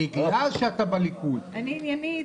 אני עניינית.